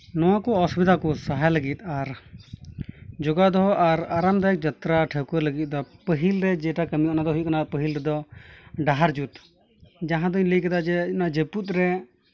ᱱᱚᱣᱟ ᱠᱚ ᱚᱥᱩᱵᱤᱫᱷᱟ ᱠᱚ ᱥᱟᱦᱟᱭ ᱞᱟᱹᱜᱤᱫ ᱡᱚᱜᱟᱣ ᱫᱚᱦᱚ ᱟᱨ ᱟᱨᱟᱢ ᱨᱮ ᱡᱟᱛᱨᱟ ᱴᱷᱟᱹᱣᱠᱟᱹᱭ ᱞᱟᱹᱜᱤᱫ ᱫᱚ ᱯᱟᱹᱦᱤᱞ ᱨᱮ ᱡᱮᱴᱟ ᱠᱟᱹᱢᱤ ᱚᱱᱟ ᱫᱚ ᱦᱩᱭᱩᱜ ᱠᱟᱱᱟ ᱯᱟᱹᱦᱤᱞ ᱨᱮᱫᱚ ᱰᱟᱦᱟᱨ ᱡᱩᱛ ᱡᱟᱦᱟᱸᱫᱩᱧ ᱞᱟᱹᱭ ᱠᱮᱫᱟ ᱡᱮ ᱡᱟᱹᱯᱩᱫ ᱨᱮ